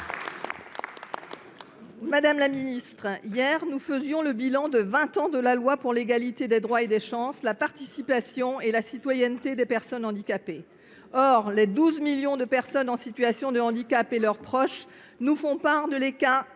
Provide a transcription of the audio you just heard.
Madame la ministre, hier, au Sénat, nous faisions le bilan des vingt ans de la loi pour l’égalité des droits et des chances, la participation et la citoyenneté des personnes handicapées. Or les 12 millions de personnes en situation de handicap et leurs proches nous font part de l’écart